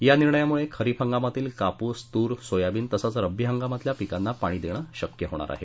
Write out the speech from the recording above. या निर्णयामुळे खरीप हंगामातील कापूस तूर सोयाबीन तसेच रब्बी हंगामातील पिकांना पाणी देणं शक्य होणार आहे